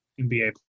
NBA